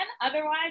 Otherwise